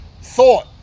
thought